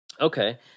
Okay